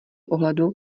ohledu